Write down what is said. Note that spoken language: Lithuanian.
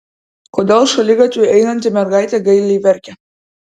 kodėl šaligatviu einanti mergaitė gailiai verkia